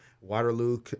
Waterloo